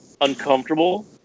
uncomfortable